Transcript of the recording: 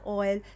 oil